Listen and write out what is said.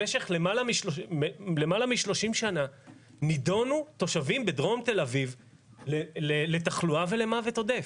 במשך למעלה מ-30 שנה נידונו תושבים בדרום תל אביב לתחלואה ולמוות עודף.